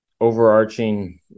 overarching